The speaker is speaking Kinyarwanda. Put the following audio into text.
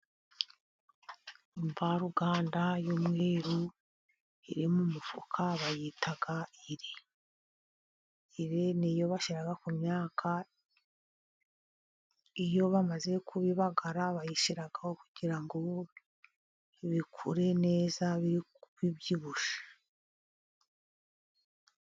Imvaruganda y'umweru iri mu mufuka bayita ire. Ire niyo bashyira ku myaka, iyo bamaze kuyibagara bayishyiraho kugira ngo ikure neza ibyibushye.